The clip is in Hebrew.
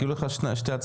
כאילו יש לך שתי הצבעות.